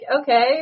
okay